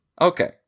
Okay